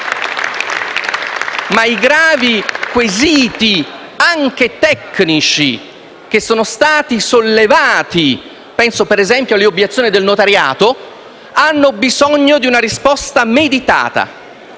Ma i gravi quesiti, anche tecnici, che sono stati sollevati (penso, per esempio, alle obiezioni del notariato) hanno bisogno di una risposta meditata.